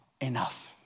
enough